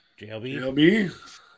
JLB